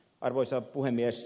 arvoisa puhemies